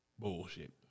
Bullshit